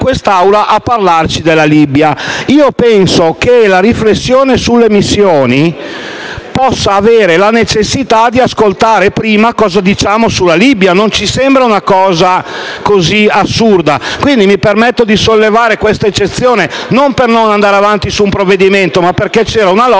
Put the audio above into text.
Io penso che la riflessione sulle missioni possa comportare la necessita di ascoltare prima cosa diciamo sulla Libia. Non mi sembra un fatto cosıassurdo. Quindi, mi permetto di sollevare questa eccezione, non per non andare avanti su un provvedimento, ma perche´ vi e una logica